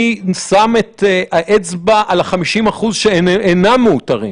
אני שם את האצבע על ה-50% שאינם מאותרים.